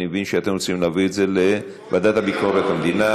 אני מבין שאתם רוצים להעביר את זה לוועדה לביקורת המדינה.